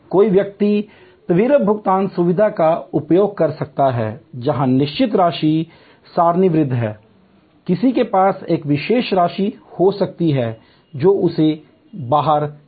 कोई व्यक्ति त्वरित भुगतान सुविधा का उपयोग कर सकता है जहां निश्चित राशि सारणीबद्ध है किसी के पास एक विशेष राशि हो सकती है जो उसके बाहर है